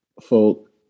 folk